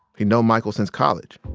he'd known michael since college.